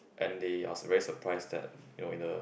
and they are su~ very surprised that you know in a